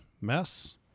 mess